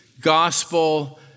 gospel